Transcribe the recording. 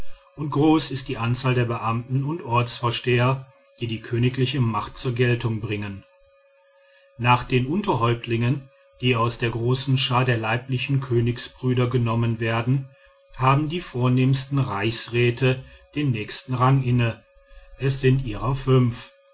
und groß ist die anzahl der beamten und ortsvorsteher die die königliche macht zur geltung bringen nach den unterhäuptlingen die aus der großen schar der leiblichen königsbrüder genommen werden haben die vornehmsten reichsräte den nächsten rang inne es sind ihrer fünf